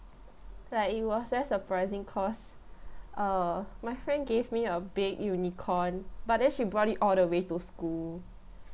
like it was that surprising cause uh my friend gave me a big unicorn but then she brought it all the way to school